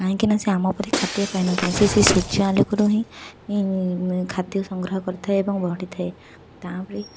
କାହିଁକିନା ସେ ଆମ ପରି ଖାଦ୍ୟ ଖାଇ ନଥାଏ ସେ ସେ ସୂର୍ଯ୍ୟ ଆଲୋକରୁ ହିଁ ଖାଦ୍ୟ ସଂଗ୍ରହ କରିଥାଏ ଏବଂ ବଢ଼ିଥାଏ ତା'ଭଳି